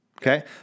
Okay